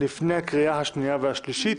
לפני הקריאה השנייה והשלישית.